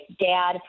Dad